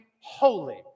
holy